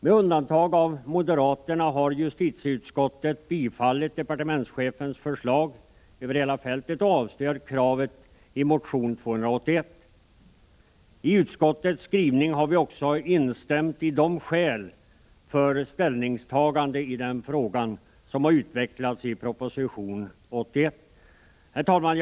Med undantag av moderaterna har justitieutskottet tillstyrkt departementschefens förslag över hela fältet och avstyrkt kravet i motion 281. I utskottets skrivning har vi också instämt i de skäl för ställningstagande i frågan som har utvecklats i proposition 81. Herr talman!